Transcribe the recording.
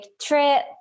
trip